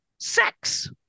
sex